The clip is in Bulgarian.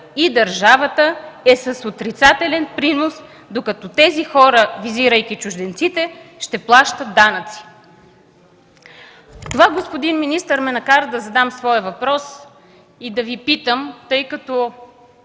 и държавата е с отрицателен принос, докато тези хора – визирайки чужденците – ще плащат данъци.” Това, господин министър, ме накара да задам своя въпрос и да Ви питам, тъй като